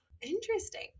Interesting